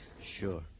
Sure